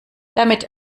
damit